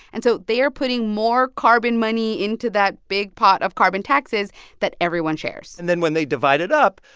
and so they are putting more carbon money into that big pot of carbon taxes that everyone shares and then when they divide it up,